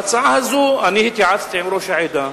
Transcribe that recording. על ההצעה הזאת אני התייעצתי עם ראש העדה.